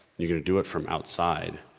you're gonna do it from outside,